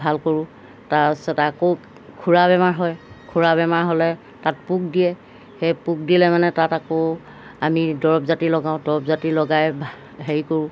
ভাল কৰোঁ তাৰপিছত আকৌ খুৰা বেমাৰ হয় খুৰা বেমাৰ হ'লে তাত পোক দিয়ে সেই পোক দিলে মানে তাত আকৌ আমি দৰব জাতি লগাওঁ দৰব জাতি লগাই কৰোঁ